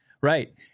Right